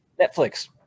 Netflix